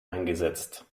eingesetzt